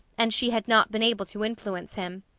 and she had not been able to influence him.